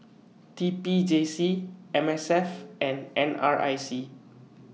T P J C M S F and N R I C